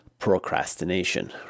procrastination